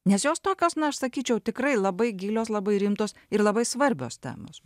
nes jos tokios na aš sakyčiau tikrai labai gilios labai rimtos ir labai svarbios temos